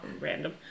random